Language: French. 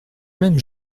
même